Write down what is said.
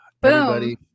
boom